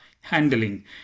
handling